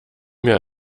mir